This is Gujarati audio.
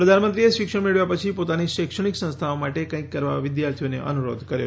પ્રધાનમંત્રીએ શિક્ષણ મેળવ્યા પછી પોતાની શૈક્ષણિક સંસ્થાઓ માટે કંઈક કરવા વિદ્યાર્થીઓને અનુરોધ કર્યો